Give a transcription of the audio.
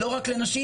לא רק לנשים,